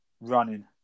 running